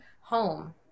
home